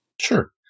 Sure